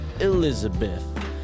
Elizabeth